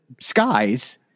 skies